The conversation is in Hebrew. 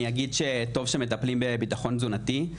אני אגיד שטוב שמטפלים בביטחון תזונתי,